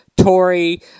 Tory